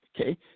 okay